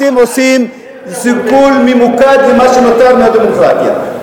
אתם עושים סיכול ממוקד למה שנותר מהדמוקרטיה.